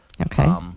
Okay